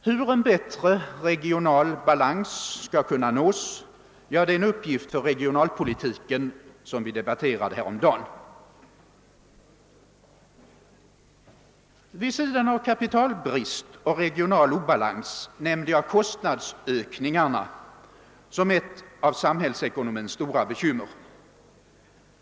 Hur en bättre regional balans skall kunna nås ja, det är uppgift för regionalpolitiken, som vi debatterade häromdagen. Vid sidan av kapitalbrist och regional obalans nämnde jag kostnadsstegringarna som ett av samhällsekonomins stora bekymmer.